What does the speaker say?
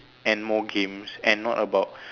and more games and not about